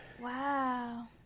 Wow